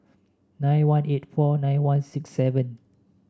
nine one eight four nine one six seven